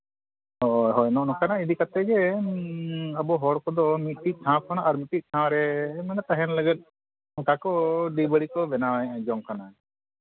ᱦᱳᱭ ᱦᱳᱭ ᱱᱚᱜᱼᱚ ᱱᱚᱝᱠᱟᱱᱟᱜ ᱤᱫᱤ ᱠᱟᱛᱮᱫ ᱜᱮ ᱟᱵᱚ ᱦᱚᱲ ᱠᱚᱫᱚ ᱢᱤᱫᱴᱮᱱ ᱴᱷᱟᱶ ᱠᱷᱚᱱᱟᱜ ᱟᱨ ᱢᱤᱫᱴᱮᱱ ᱴᱷᱟᱶ ᱨᱮ ᱢᱟᱱᱮ ᱛᱟᱦᱮᱱ ᱞᱟᱹᱜᱤᱫ ᱱᱚᱝᱠᱟ ᱠᱚ ᱵᱤᱨ ᱵᱟᱹᱲᱤ ᱠᱚ ᱵᱮᱱᱟᱣᱮᱫ ᱡᱚᱝ ᱠᱟᱱᱟ